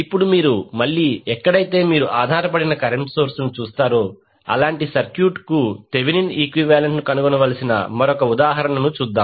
ఇప్పుడు మళ్ళీ ఎక్కడైతే మీరు ఆధారపడిన కరెంట్ సోర్స్ ను చూస్తారో అలాంటి సర్క్యూట్ కు థెవెనిన్ ఈక్వివాలెంట్ ను కనుగొనవలసిన మరొక ఉదాహరణను చూద్దాం